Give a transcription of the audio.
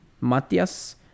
Matias